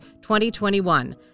2021